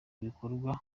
ibikorwa